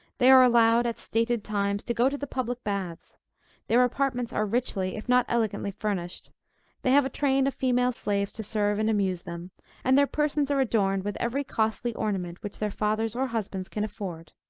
they are allowed, at stated times, to go to the thirty eight public baths their apartments are richly, if not elegantly furnished they have a train of female slaves to serve and amuse them and their persons are adorned with every costly ornament which their fathers or husbands can afford.